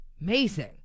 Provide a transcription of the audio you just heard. Amazing